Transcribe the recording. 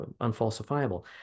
unfalsifiable